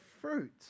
fruit